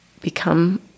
become